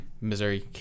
Missouri